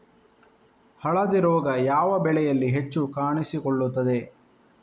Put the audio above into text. ಹಳದಿ ರೋಗ ಯಾವ ಬೆಳೆಯಲ್ಲಿ ಹೆಚ್ಚು ಕಾಣಿಸಿಕೊಳ್ಳುತ್ತದೆ?